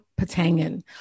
Patangan